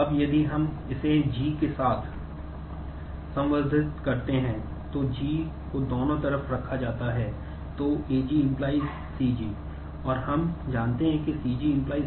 अब यदि हम इसे G के साथ संवर्धित करते हैं तो G को दोनों तरफ रखा जाता है तो AG → CG और हम जानते हैं कि CG → I